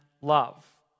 love